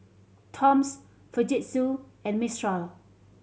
Toms Fujitsu and Mistral